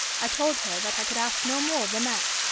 i told her that i could ask no more than that.